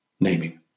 Naming